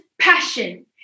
passion